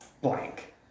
blank